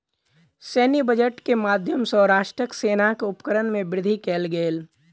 सैन्य बजट के माध्यम सॅ राष्ट्रक सेनाक उपकरण में वृद्धि कयल गेल